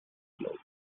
globe